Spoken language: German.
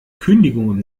kündigung